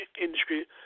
industry